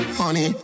honey